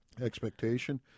expectation